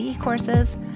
courses